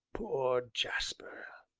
poor jasper!